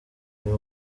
uyu